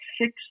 six